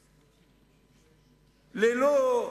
ללא,